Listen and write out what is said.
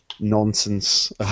Nonsense